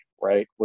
right